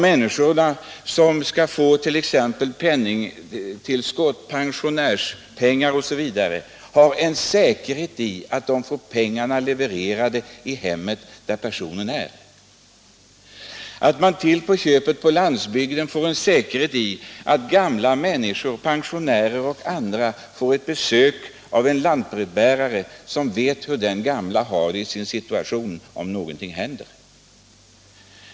Människor som väntar en penningförsändelse — pensionspengar osv. — har en säkerhet i att de får pengarna levererade i hemmet. Det ligger till på köpet en extra säkerhet i att gamla människor på landsbygden — pensionärer och andra — får regelbundna besök av en lantbrevbärare, som vet hur de har det och kan vara till hjälp om någonting händer.